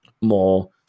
more